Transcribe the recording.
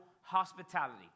hospitality